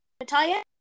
Natalia